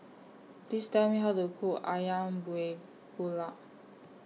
Please Tell Me How to Cook Ayam Buah Keluak